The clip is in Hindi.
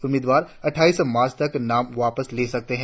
उम्मीदवार अटठाइस मार्च तक नाम वापस ले सकते है